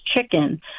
chicken